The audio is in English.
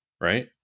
right